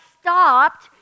stopped